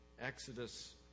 Exodus